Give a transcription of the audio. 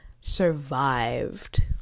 survived